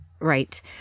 Right